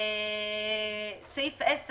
סעיף 10